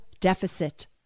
deficit